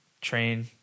train